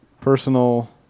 personal